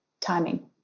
timing